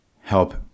help